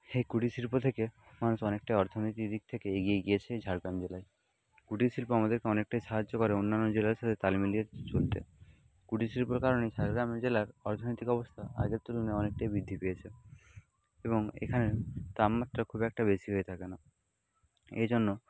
এই কুটিরশিল্প থেকে মানুষ অনেকটাই অর্থনীতির দিক থেকে এগিয়ে গিয়েছে ঝাড়গ্রাম জেলায় কুটিরশিল্প আমাদেরকে অনেকটাই সাহায্য করে অন্যান্য জেলার সাথে তাল মিলিয়ে চলতে কুটিরশিল্পর কারণে ঝাড়গ্রাম জেলার অর্থনৈতিক অবস্থা আগের তুলনায় অনেকটাই বৃদ্ধি পেয়েছে এবং এখানে তাপমাত্রা খুব একটা বেশি হয়ে থাকে না এই জন্য